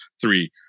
three